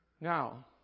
Now